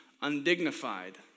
Undignified